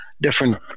different